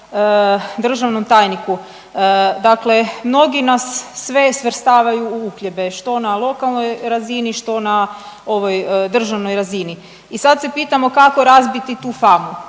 državnom tajniku. Dakle mnogi nas sve svrstavaju u uhljebe što na lokalnoj razini, što na ovoj državnoj razini i sad se pitamo kako razbiti tu famu